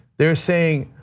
they're saying,